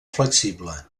flexible